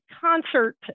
concert